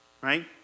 right